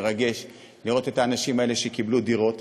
מרגש, מרגש, לראות את האנשים האלה שקיבלו דירות.